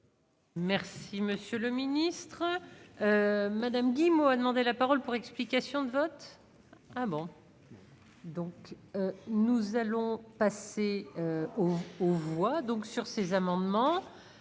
Merci monsieur le ministre madame Guillemot a demandé la parole pour explication de vote ah bon. Nous allons passer au voit donc sur ces amendements